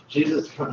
Jesus